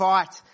Fight